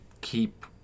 keep